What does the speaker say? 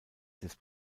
des